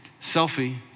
selfie